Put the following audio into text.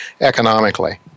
economically